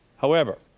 however,